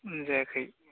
उम जायाखै